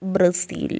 Brazil